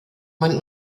man